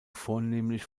vornehmlich